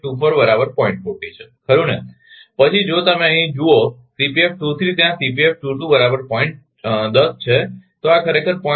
તેથી આ ખરેખર છે ખરુ ને પછી જો તમે અહીં જુઓ ત્યાં છે તો આ ખરેખર 0